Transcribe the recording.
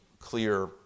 clear